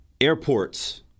Airports